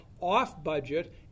off-budget